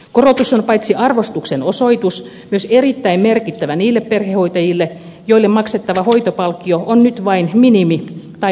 korotus on paitsi arvostuksen osoitus myös erittäin merkittävä niille perhehoitajille joille maksettava hoitopalkkio on nyt vain minimi tai lähellä sitä